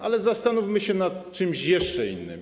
Ale zastanówmy się nad czymś jeszcze innym.